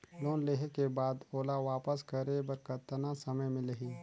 Loan लेहे के बाद ओला वापस करे बर कतना समय मिलही?